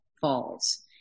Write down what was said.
falls